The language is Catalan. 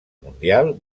mundial